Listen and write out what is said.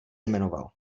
jmenoval